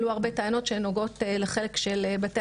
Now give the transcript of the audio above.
עלו הרבה טענות שנוגעות לחלק של בתי